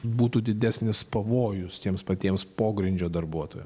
būtų didesnis pavojus tiems patiems pogrindžio darbuotojam